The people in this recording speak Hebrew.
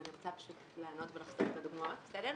אז אפשר לענות ולחסוך את הדוגמאות, בסדר?